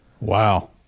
Wow